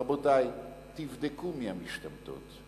רבותי, תבדקו מי המשתמטות.